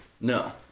No